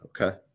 okay